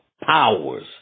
powers